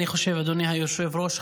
אדוני היושב-ראש,